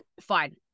fine